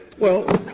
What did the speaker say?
well,